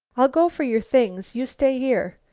i'll go for your things. you stay here.